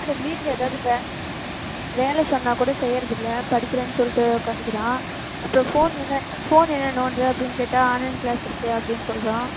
இல்லை மேடம் வீட்டில் ஏதாவது வே வேலை சொன்னால் கூட செய்கிறது இல்லை படிக்கிறேன்னு சொல்லிவிட்டு உட்காந்துகிறான் அப்புறம் ஃபோன் என்ன ஃபோன் என்ன நோண்டுற அப்படினு கேட்டால் ஆன்லைன் கிளாஸ் இருக்குது அப்படினு சொல்கிறான்